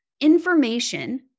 information